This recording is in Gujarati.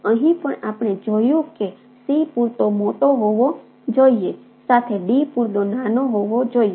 અહીં પણ આપણે જોયું છે કે C પૂરતો મોટો હોવો જોઈએ સાથે D પૂરતો નાનો હોવો જોઈએ